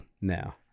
now